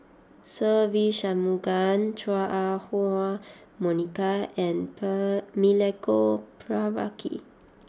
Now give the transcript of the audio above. Se Ve Shanmugam Chua Ah Huwa Monica and Milenko Prvacki